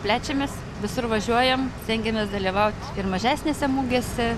plečiamės visur važiuojam stengiamės dalyvaut ir mažesnėse mugėse